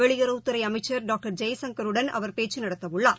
வெளியுறவுத் துறைஅமைச்சர் டாக்டர் ஜெய்சங்கருடன் அவர் பேச்சுநடத்தவுள்ளார்